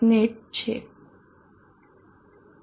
net છે